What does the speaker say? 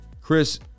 Chris